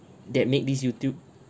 that make this Youtube